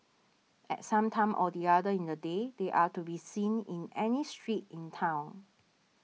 at some time or the other in the day they are to be seen in any street in town